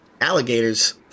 Alligators